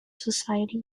society